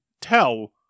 tell